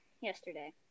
yesterday